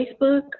Facebook